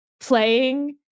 playing